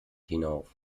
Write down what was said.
hinauf